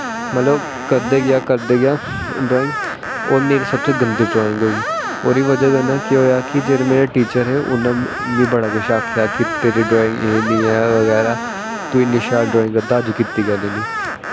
मतलव करदा गेआ करदा गेआ ड्राईंग ओह् सब तो गंदी ड्राईंग होई ओह्दे कन्नै केह् होआ जेह्ड़े मेरे टीचर हे मिगी बड़ा किश आक्खेआ कि तेरी ड्राईंग एह् जेही ऐ बगैरा तूं इन्नी शैल ड्राईंग करदा हा अज्ज कीती कैल्ली नी